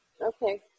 Okay